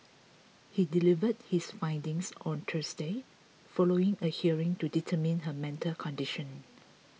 he delivered his findings on Thursday following a hearing to determine her mental condition